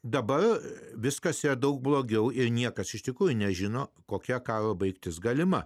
dabar viskas daug blogiau ir niekas iš tikrųjų nežino kokia karo baigtis galima